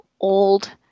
old